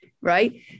right